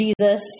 Jesus